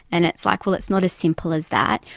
and it's like, well, it's not as simple as that.